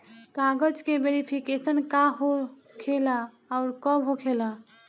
कागज के वेरिफिकेशन का हो खेला आउर कब होखेला?